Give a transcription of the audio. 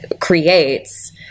creates